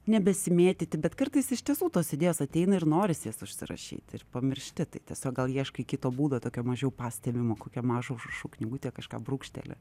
nebesimėtyti bet kartais iš tiesų tos idėjos ateina ir norisi jas užsirašyti ir pamiršti tai tiesog gal ieškai kito būdo tokio mažiau pastebimo kokią mažą užrašų knygutę kažką brūkšteli